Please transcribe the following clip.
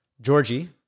Georgie